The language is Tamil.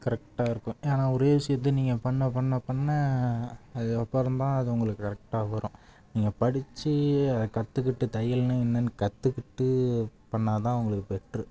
கரெக்டாக இருக்கும் ஏனால் ஒரே விஷயத்த நீங்கள் பண்ண பண்ண பண்ண அது அப்புறந்தான் அது உங்களுக்கு கரெக்டாக வரும் நீங்கள் படிச்சு கற்றுக்கிட்டு தையல்னால் என்னென்னு கற்றுக்கிட்டு பண்ணிணா தான் உங்களுக்கு பெட்ரு